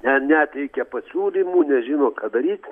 ne neteikia pasiūlymų nežino ką daryt